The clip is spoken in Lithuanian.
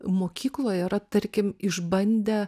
mokykloje yra tarkim išbandę